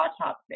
autopsy